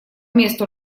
месту